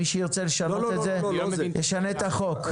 מי שירצה לשנות את זה ישנה את החוק.